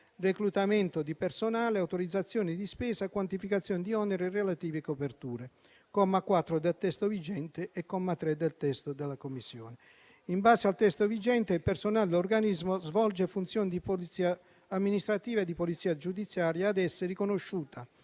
reclutamento di personale, autorizzazioni di spesa, quantificazioni di oneri e relative coperture (comma 4 del testo vigente e comma 3 del testo della Commissione). In base al testo vigente, il personale dell'Organismo svolge funzioni di polizia amministrativa e di polizia giudiziaria ed è ad esso riconosciuta,